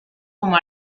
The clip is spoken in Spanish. como